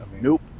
nope